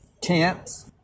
tents